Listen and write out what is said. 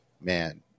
man